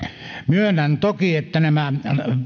myönnän toki että nämä